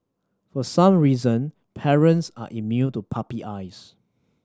for some reason parents are immune to puppy eyes